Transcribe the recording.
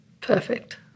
perfect